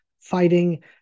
fighting